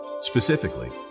Specifically